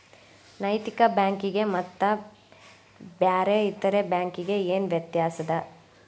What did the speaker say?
ನೈತಿಕ ಬ್ಯಾಂಕಿಗೆ ಮತ್ತ ಬ್ಯಾರೆ ಇತರೆ ಬ್ಯಾಂಕಿಗೆ ಏನ್ ವ್ಯತ್ಯಾಸದ?